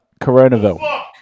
Coronaville